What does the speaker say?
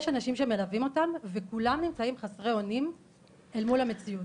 יש אנשים שמלווים אותם וכולם נמצאים חסרי אונים אל מול המציאות.